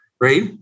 right